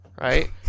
Right